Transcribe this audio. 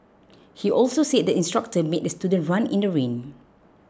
he also said the instructor made the student run in the rain